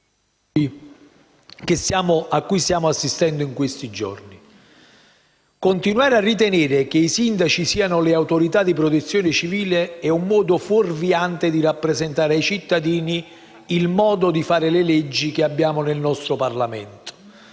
Continuare a ritenere che i sindaci siano autorità di protezione civile è un sistema fuorviante per rappresentare ai cittadini il modo di fare le leggi che vige nel nostro Parlamento.